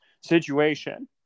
situation